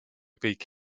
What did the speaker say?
kõik